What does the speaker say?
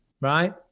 Right